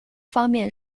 方面